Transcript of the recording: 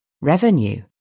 Revenue